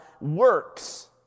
works